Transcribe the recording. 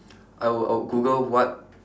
I wou~ I would Google what